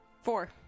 Four